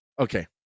okay